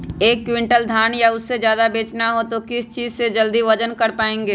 एक क्विंटल धान या उससे ज्यादा बेचना हो तो किस चीज से जल्दी वजन कर पायेंगे?